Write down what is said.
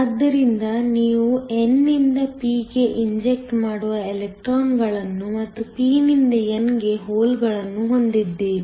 ಆದ್ದರಿಂದ ನೀವು n ನಿಂದ p ಗೆ ಇಂಜೆಕ್ಟ್ ಮಾಡುವ ಎಲೆಕ್ಟ್ರಾನ್ಗಳನ್ನು ಮತ್ತು p ನಿಂದ n ಗೆ ಹೋಲ್ಗಳನ್ನು ಹೊಂದಿದ್ದೀರಿ